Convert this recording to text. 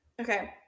Okay